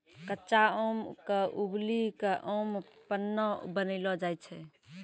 कच्चा आम क उबली कॅ आम पन्ना बनैलो जाय छै